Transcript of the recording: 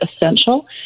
essential